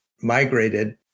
migrated